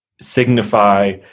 signify